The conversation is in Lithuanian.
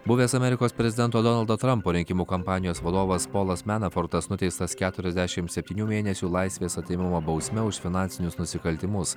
buvęs amerikos prezidento donaldo trumpo rinkimų kampanijos vadovas polas menafortas nuteistas keturiasdešimt septynių mėnesių laisvės atėmimo bausme už finansinius nusikaltimus